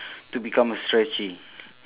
to become a stretchy